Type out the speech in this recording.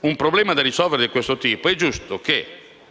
un problema di questo tipo da risolvere è giusto che